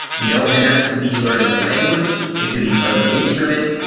you know and that could be learning a language, it could be playing an instrument.